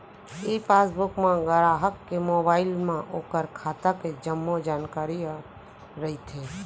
ई passbook म गराहक के मोबाइल म ओकर खाता के जम्मो जानकारी ह रइथे